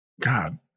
God